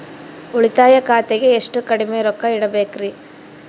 ಉಳಿತಾಯ ಖಾತೆಗೆ ಎಷ್ಟು ಕಡಿಮೆ ರೊಕ್ಕ ಇಡಬೇಕರಿ?